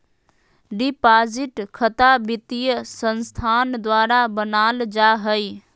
deposit खता वित्तीय संस्थान द्वारा बनावल जा हइ